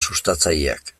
sustatzaileak